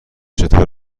چطور